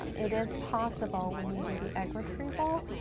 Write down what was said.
um it is possible when we do the egg retrieval,